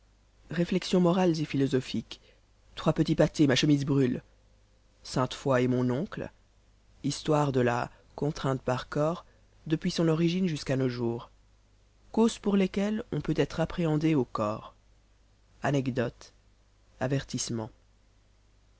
réflexions morales et philosophiques trois petits pâtés ma chemise brûle sainte foix et mon oncle histoire de la contrainte par corps depuis son origine jusqu'à nos jours causes pour lesquelles on peut être appréhendé au corps anecdotes avertissement